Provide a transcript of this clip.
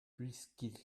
puisqu’il